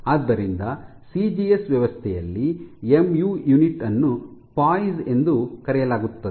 ಆದ್ದರಿಂದ ಸಿಜಿಎಸ್ ವ್ಯವಸ್ಥೆಯಲ್ಲಿ M U unit ನ್ನು ಪೋಯಿಸ್ ಎಂದು ಕರೆಯಲಾಗುತ್ತದೆ